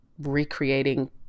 recreating